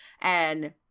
And-